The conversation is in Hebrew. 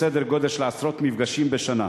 בסדר-גודל של עשרות מפגשים בשנה.